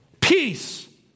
peace